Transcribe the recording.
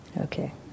Okay